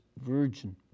virgin